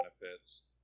benefits